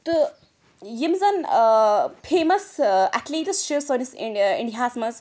تہٕ یِم زَن ٲں فیمَس ٲں ایٚتھلیٖٹٕس چھِ سٲنِس اِنڈیا ہَس منٛز